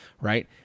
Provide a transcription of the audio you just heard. right